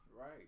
Right